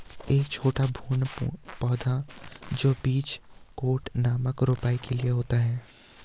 एक छोटा भ्रूण पौधा जो बीज कोट नामक रोपाई के लिए होता है